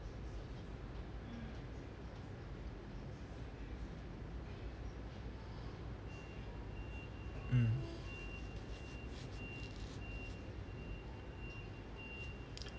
mm